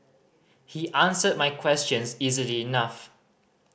he answered my questions easily enough